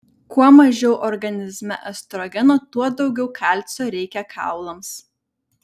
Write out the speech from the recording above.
kuo mažiau organizme estrogeno tuo daugiau kalcio reikia kaulams